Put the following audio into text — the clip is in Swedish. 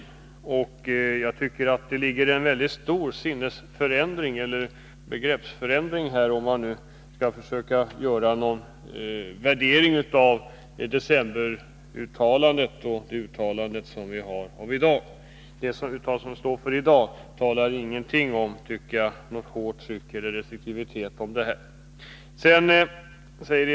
Jag tycker att det föreligger en mycket stor begreppsförvirring här, om man nu Nr 113 skall försöka göra någon värdering av decemberuttalandet och det uttalande Torsdagen den som föreligger i dag. I dagens uttalande sägs ingenting om något hårt tryck 7 april 1983 eller någon restriktivitet.